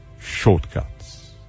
shortcuts